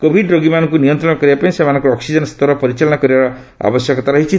Covid ରୋଗୀମାନଙ୍କୁ ନିୟନ୍ତ୍ରଣ କରିବାପାଇଁ ସେମାନଙ୍କର ଅକ୍କିଜେନ୍ ସ୍ତର ପରିଚାଳନା କରିବାର ଆବଶ୍ୟକତା ରହିଛି